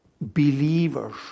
believers